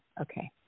Okay